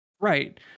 Right